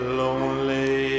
lonely